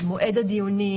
על מועד הדיונים,